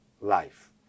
life